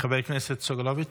חבר הכנסת סגלוביץ',